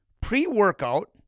pre-workout